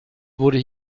wurde